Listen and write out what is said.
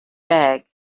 bag